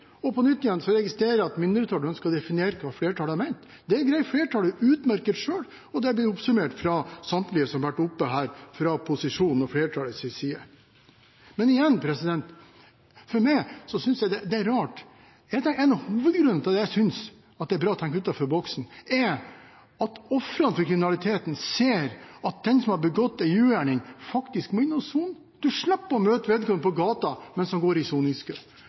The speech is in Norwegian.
flertallet utmerket godt å gjøre selv, og det har blitt oppsummert av samtlige av dem som har vært her oppe fra posisjonen og flertallets side. Men igjen: Jeg synes det er rart. Én av hovedgrunnene til at jeg synes det er bra å tenke utenfor boksen, er at ofrene for kriminaliteten ser at den som har begått en ugjerning, faktisk må inn og sone. Man slipper å møte vedkommende på gaten mens han er i soningskø.